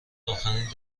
آخرین